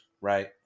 right